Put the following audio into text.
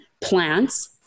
plants